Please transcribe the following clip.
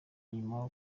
nyuma